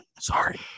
sorry